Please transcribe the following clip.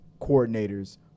coordinators